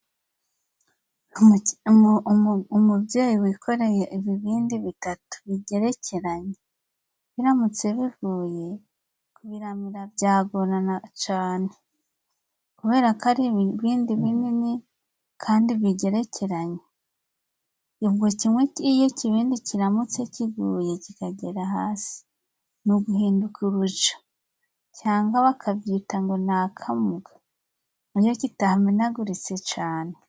Umubyeyi wikoreye ibibindi bitatu bigerekeranye, biramutse biguye, kubiramira byagoranarana cane. Kubera ko ari ibindi binini kandi bigerekeranye. Ubwo kimwe iyo ikibindi kiramutse kiguye kikagera hasi, ni uguhinduka urujo, cyangwa bakabyita ngo ni akamuga, iyo kitamenaguritse cane.